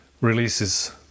releases